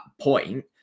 point